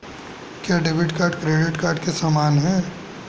क्या debit card credit card के समान है?